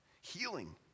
Healing